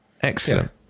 excellent